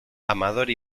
amador